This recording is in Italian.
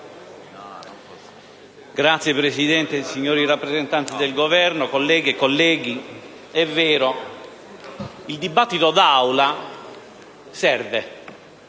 Signora Presidente, signori rappresentanti del Governo, colleghe e colleghi, è vero: il dibattito d'Aula serve,